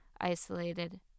isolated